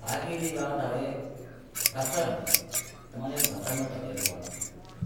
باقی ری وات ہوے بصر ری تو تمارے بصر رو تجربو سے